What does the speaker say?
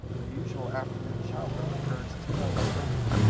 the usual afternoon shower occurs two hours later.